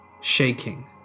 shaking